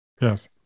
Yes